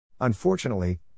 Unfortunately